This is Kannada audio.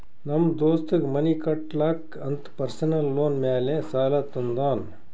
ನಮ್ ದೋಸ್ತಗ್ ಮನಿ ಕಟ್ಟಲಾಕ್ ಅಂತ್ ಪರ್ಸನಲ್ ಲೋನ್ ಮ್ಯಾಲೆ ಸಾಲಾ ತಂದಾನ್